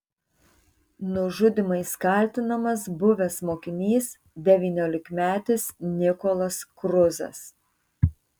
nužudymais kaltinamas buvęs mokinys devyniolikmetis nikolas kruzas